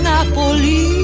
Napoli